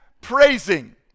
praising